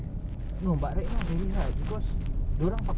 okay ah kau just ikut dia punya marking ah aku dah marking cukup-cukup